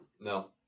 No